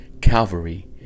Calvary